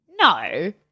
No